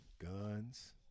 guns